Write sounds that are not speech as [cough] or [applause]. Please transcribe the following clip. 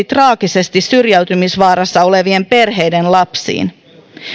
[unintelligible] traagisesti syrjäytymisvaarassa olevien perheiden lapsiin